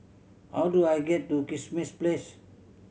how do I get to Kismis Place